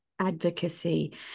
advocacy